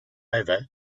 over